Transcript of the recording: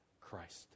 Christ